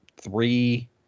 three